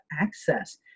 access